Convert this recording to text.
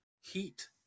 Heat